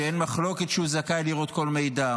שאין מחלוקת שהוא זכאי לראות כל מידע.